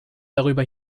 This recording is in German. darüber